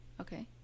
okay